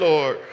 Lord